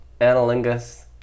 analingus